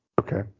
Okay